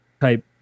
type